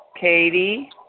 Katie